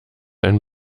ein